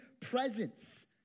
presence